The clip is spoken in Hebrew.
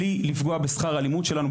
בלי לפגוע בשכר הלימוד שלנו,